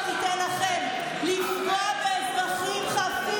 אין לכם סיכוי, חבר הכנסת